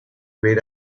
ver